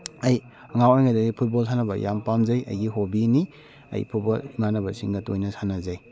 ꯑꯩ ꯑꯉꯥꯡ ꯑꯣꯏꯔꯤꯉꯩꯗꯒꯤ ꯐꯨꯠꯕꯣꯜ ꯁꯥꯟꯅꯕ ꯌꯥꯝ ꯄꯥꯝꯖꯩ ꯑꯩꯒꯤ ꯍꯣꯕꯤꯅꯤ ꯑꯩ ꯐꯨꯠꯕꯣꯜ ꯏꯃꯥꯟꯅꯕꯁꯤꯡꯒ ꯇꯣꯏꯅ ꯁꯥꯟꯅꯖꯩ